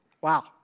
wow